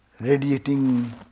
radiating